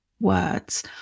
words